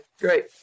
Great